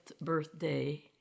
birthday